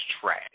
trash